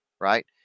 Right